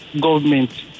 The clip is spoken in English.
government